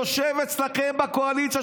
הוא יושב אצלכם בקואליציה,